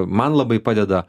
man labai padeda